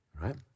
right